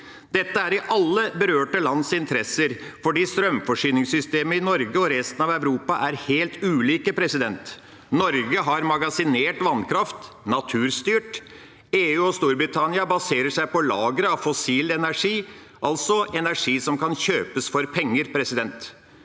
Dette er i alle berørte lands interesser fordi strømforsyningssystemet i Norge og resten av Europa er helt ulikt. Norge har magasinert vannkraft – naturstyrt. EU og Storbritannia baserer seg på lagre av fossil energi, altså energi som kan kjøpes for penger. Derfor,